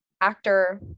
actor